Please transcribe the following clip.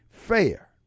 fair